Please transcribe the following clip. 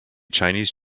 chinese